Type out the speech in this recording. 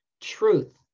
truth